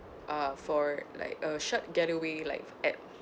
uh for like a short getaway like at